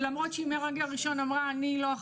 למרות שמהרגע הראשון היא הסירה אחריות.